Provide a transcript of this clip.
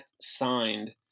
signed